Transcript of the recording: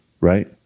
Right